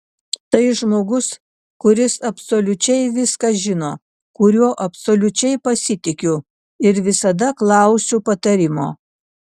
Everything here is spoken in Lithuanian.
tai žmogus kuris absoliučiai viską žino kuriuo absoliučiai pasitikiu ir visada klausiu patarimo